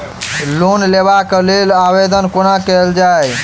Loan लेबऽ कऽ लेल आवेदन कोना कैल जाइया?